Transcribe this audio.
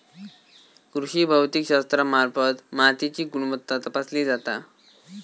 कृषी भौतिकशास्त्रामार्फत मातीची गुणवत्ता तपासली जाता